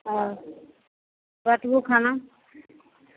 ओ बतबू खाना